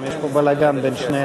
בבקשה.